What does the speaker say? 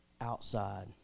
outside